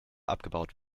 abgebaut